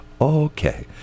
Okay